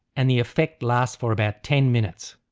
and the effect lasts for about ten minutes.